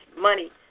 money